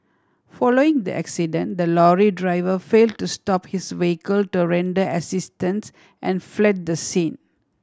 following the accident the lorry driver fail to stop his vehicle to render assistance and fled the scene